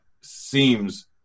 seems